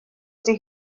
ydy